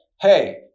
hey